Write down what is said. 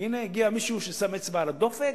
הנה הגיע מישהו ששם אצבע על הדופק,